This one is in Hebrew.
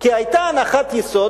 כי היתה הנחת יסוד,